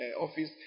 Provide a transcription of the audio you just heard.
office